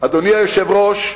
אדוני היושב-ראש,